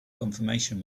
confirmation